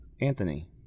anthony